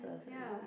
ya